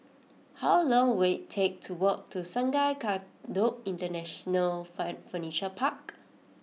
how long will it take to walk to Sungei Kadut International fine Furniture Park